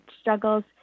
struggles